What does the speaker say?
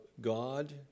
God